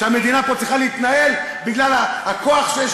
שהמדינה פה צריכה להתנהל בגלל הכוח שיש